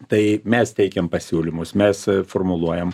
tai mes teikiam pasiūlymus mes formuluojam